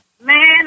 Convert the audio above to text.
Man